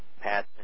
Pat